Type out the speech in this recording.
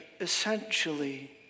essentially